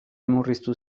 murriztu